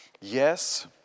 Yes